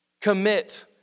commit